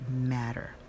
Matter